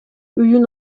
үйүн